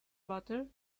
butter